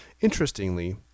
Interestingly